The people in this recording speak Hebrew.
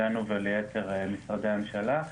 אלינו וליתר משרדי הממשלה.